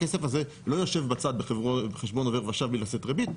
הכסף הזה לא יושב בצד בחשבון עובר ושב בלי לצאת ריבית,